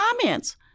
comments